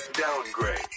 Downgrade